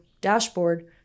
dashboard